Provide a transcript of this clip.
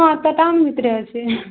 ହଁ ତ ଟାଉନ୍ ଭିତ୍ରେ ଅଛେ